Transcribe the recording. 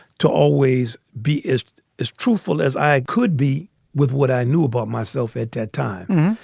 to always be as as truthful as i could be with what i knew about myself at that time.